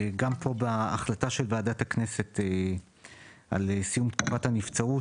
גם פה בהחלטה של ועדת הכנסת על סיום תקופת הנבצרות,